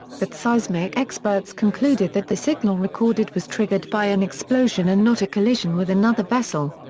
but seismic experts concluded that the signal recorded was triggered by an explosion and not a collision with another vessel.